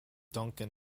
duncan